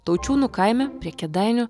taučiūnų kaime prie kėdainių